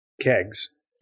kegs